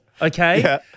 okay